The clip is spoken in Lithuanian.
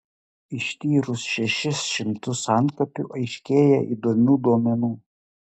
ištyrus šešis šimtus antkapių aiškėja įdomių duomenų